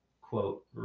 quote